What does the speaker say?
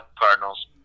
Cardinals